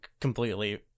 completely